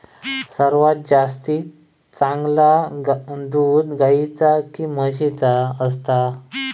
सर्वात जास्ती चांगला दूध गाईचा की म्हशीचा असता?